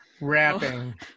rapping